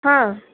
ಹಾಂ